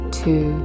two